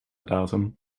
datum